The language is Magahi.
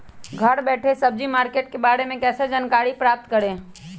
घर बैठे सब्जी मार्केट के बारे में कैसे जानकारी प्राप्त करें?